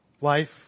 wife